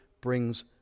brings